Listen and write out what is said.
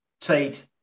Tate